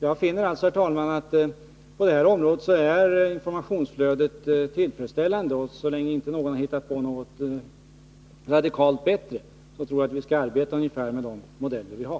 Jag finner alltså, herr talman, att informationsflödet på detta område är tillfredsställande, och så länge ingen hittat på något radikalt bättre tror jag vi skall arbeta ungefär med de modeller vi har.